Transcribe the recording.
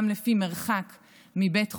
גם לפי מרחק מבית חולים.